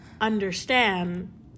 understand